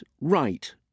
right